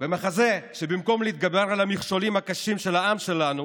מחזה שבו במקום להתגבר על המכשולים הקשים של העם שלנו